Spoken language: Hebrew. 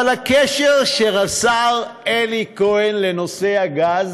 אבל הקשר של השר אלי כהן לנושא הגז